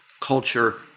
culture